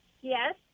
Yes